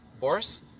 Boris